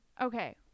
Okay